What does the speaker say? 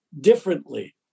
differently